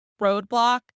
roadblock